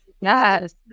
Yes